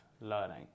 learning